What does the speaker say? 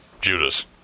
Judas